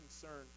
concern